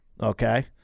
okay